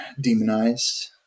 demonized